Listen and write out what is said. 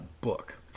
book